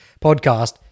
podcast